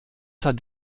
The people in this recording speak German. hat